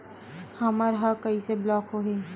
हमर ह कइसे ब्लॉक होही?